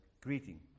greeting